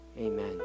amen